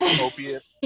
opiate